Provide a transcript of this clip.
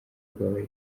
rwabaye